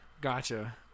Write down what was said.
Gotcha